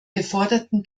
geforderten